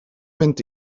mynd